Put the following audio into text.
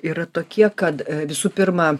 yra tokie kad visų pirma